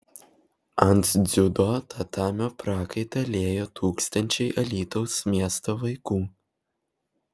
ant dziudo tatamio prakaitą liejo tūkstančiai alytaus miesto vaikų